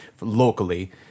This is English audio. locally